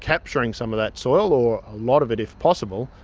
capturing some of that soil or a lot of it if possible.